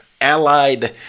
allied